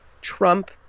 Trump